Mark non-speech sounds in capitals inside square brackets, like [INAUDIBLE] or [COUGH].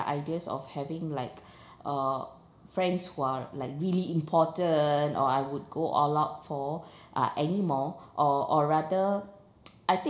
ideas of having like [BREATH] uh friends who are like really important or I would go all out for [BREATH] uh anymore or or rather [NOISE] I thi~